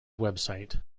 website